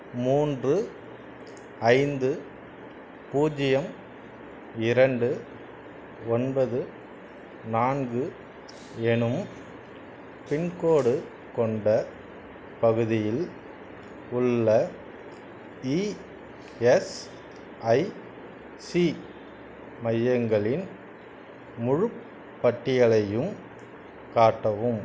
மூன்று ஐந்து பூஜ்ஜியம் இரண்டு ஒன்பது நான்கு எனும் பின்கோடு கொண்ட பகுதியில் உள்ள இஎஸ்ஐசி மையங்களின் முழுப் பட்டியலையும் காட்டவும்